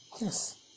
yes